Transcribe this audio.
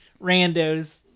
randos